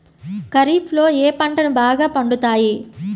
ఖరీఫ్లో ఏ పంటలు బాగా పండుతాయి?